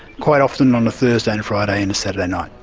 quite often on a thursday, and friday and saturday night.